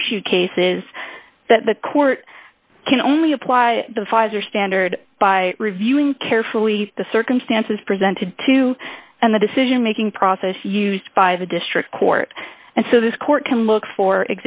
horseshoe case is that the court can only apply the pfizer standard by reviewing carefully the circumstances presented to and the decision making process used by the district court and so this court can look for